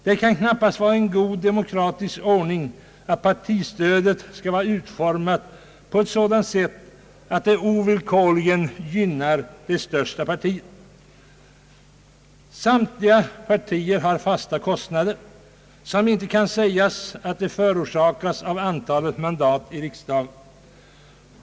Det kan knappast vara en god demokratisk ordning att partistödet skall vara utformat på ett sådant sätt, att det ovillkorligen gynnar det största partiet. Samtliga partier har fasta kostnader, som inte kan sägas vara förorsakade av antalet mandat i riksdagen.